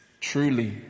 truly